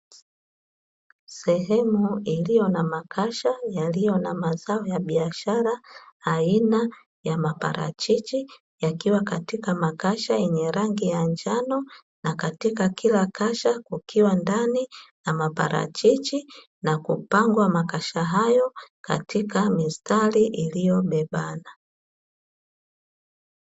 Sehemu iliyo na makasha yaliyo na mazao ya biashara aina ya maparachichi, yakiwa katika makasha yenye rangi ya njano na katika kila kasha kukiwa ndani na maparachichi, na kupangwa makasha hayo katika mistari iliyobebana.